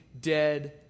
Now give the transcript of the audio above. dead